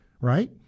right